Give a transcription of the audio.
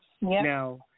now